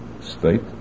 state